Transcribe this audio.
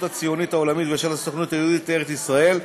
הציונית העולמית ושל הסוכנות היהודית לארץ-ישראל,